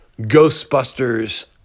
Ghostbusters